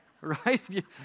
Right